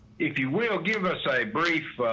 if you will give us a brief